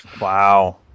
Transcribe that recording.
Wow